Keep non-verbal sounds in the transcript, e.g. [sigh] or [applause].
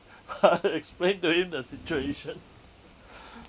I [laughs] explained to him the situation